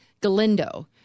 Galindo